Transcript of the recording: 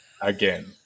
again